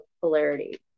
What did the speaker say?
polarity